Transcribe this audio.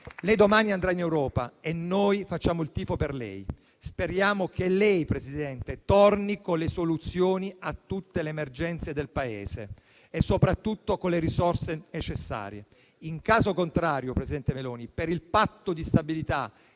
lei domani andrà in Europa e noi facciamo il tifo per lei. Speriamo che torni con le soluzioni a tutte le emergenze del Paese e soprattutto con le risorse necessarie. In caso contrario, presidente Meloni, se non troverà